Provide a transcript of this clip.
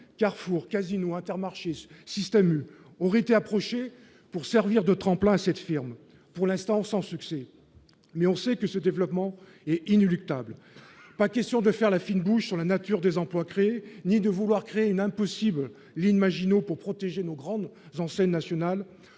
Carrefour, Casino, Intermarché, Système U, aurait été approchés pour servir de tremplin cette firme pour l'instant, sans succès, mais on sait que ce développement est inéluctable, pas question de faire la fine bouche sur la nature des emplois créés ni de vouloir créer une impossible ligne Maginot pour protéger nos grandes enseignes nationales